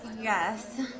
Yes